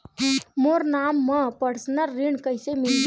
मोर नाम म परसनल ऋण कइसे मिलही?